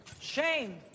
Shame